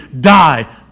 die